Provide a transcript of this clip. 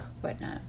whatnot